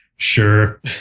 Sure